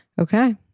Okay